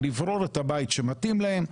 לברור את הבית שמתאים להם,